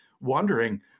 wondering